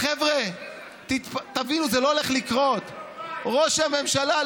חברת הכנסת איילת נחמיאס, את עדיין בקריאה ראשונה.